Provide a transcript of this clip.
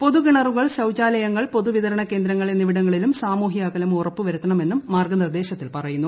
പൊതുകിണറുകൾ ശൌചാലയങ്ങൾ പൊതുവിതരണകേന്ദ്രങ്ങൾ എന്നിവിടങ്ങളിലും സാമൂഹ്യഅകലം ഉറപ്പുവരുത്തണമെന്നും മാർഗനിർദേശത്തിൽ പറയുന്നു